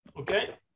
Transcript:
Okay